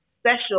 special